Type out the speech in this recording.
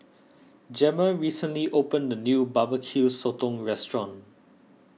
Gemma recently opened a new BBQ Sotong restaurant